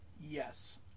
Yes